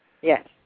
Yes